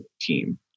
team